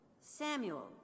Samuel